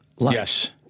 Yes